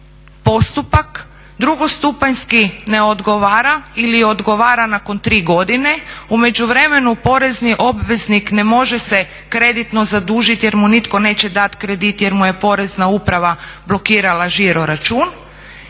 postupak drugostupanjski ne odgovara ili odgovara nakon tri godine. U međuvremenu porezni obveznik ne može se kreditno zadužiti jer mu nitko neće dati kredit jer mu je Porezna uprava blokirala žiro račun.